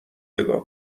نیگا